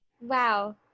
Wow